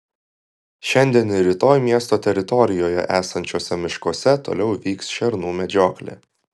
šiandien ir rytoj miesto teritorijoje esančiuose miškuose toliau vyks šernų medžioklė